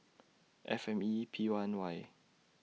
F M E P one Y